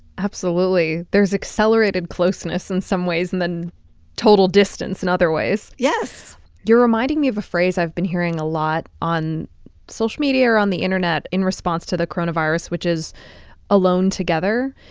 absolutely. there's accelerated closeness in some ways and then total distance in other ways yes you're reminding me of a phrase i've been hearing a lot on social media or on the internet in response to the coronavirus, which is alone together.